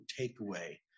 takeaway